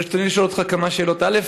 ברצוני לשאול אותך כמה שאלות: א.